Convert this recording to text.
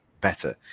better